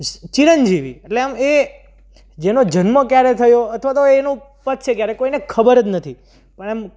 ચિરંજીવી એટલે આમ એ જેનો જન્મ ક્યારે થયો અથવા તો એનું પતશે ક્યારે કોઈને ખબર જ નથી પણ આમ